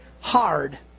hard